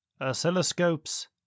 oscilloscopes